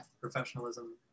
professionalism